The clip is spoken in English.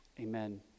amen